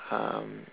um